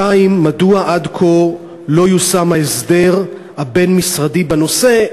2. מדוע עד כה לא יושם ההסדר הבין-משרדי בנושא?